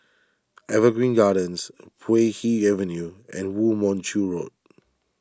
Evergreen Gardens Puay Hee Avenue and Woo Mon Chew Road